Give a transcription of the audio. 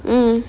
mm